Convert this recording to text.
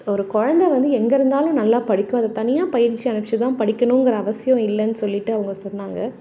ஒரு கொழந்தை வந்து எங்கேருந்தாலும் நல்லா படிக்கும் அதை தனியாக பயிற்சி அனுப்பிச்சி தான் படிக்கணும்கிற அவசியம் இல்லைன்னு சொல்லிவிட்டு அவங்க சொன்னாங்க